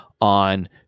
on